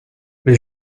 les